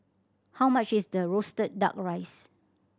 how much is the roasted Duck Rice